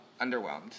Underwhelmed